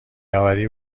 اوری